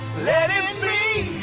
let it be